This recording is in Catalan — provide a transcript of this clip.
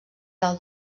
del